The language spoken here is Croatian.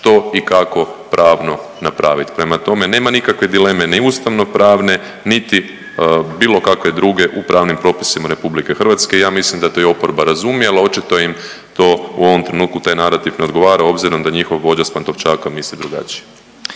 što i kako pravno napraviti. Prema tome, nema nikakve dileme ni ustavno-pravne, niti bilo kakve druge u pravnim propisima Republike Hrvatske. Ja mislim da to i oporba razumije, ali očito im to u ovom trenutku taj narativ ne odgovara obzirom da njihov vođa sa Pantovčaka misli drugačije.